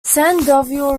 sandoval